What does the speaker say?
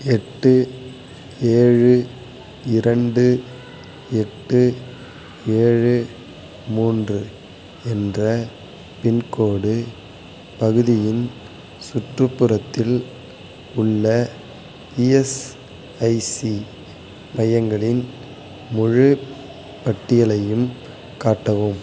எட்டு ஏழு இரண்டு எட்டு ஏழு மூன்று என்ற பின்கோடு பகுதியின் சுற்றுப்புறத்தில் உள்ள இஎஸ்ஐசி மையங்களின் முழுப்பட்டியலையும் காட்டவும்